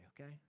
okay